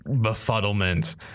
befuddlement